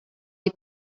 you